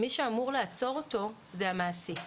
מי שאמור לעצור אותו זה המעסיק.